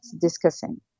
discussing